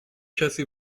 کسی